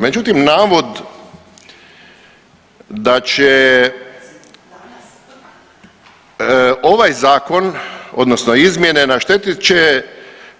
Međutim, navod da će ovaj zakon odnosno izmjene naštetit će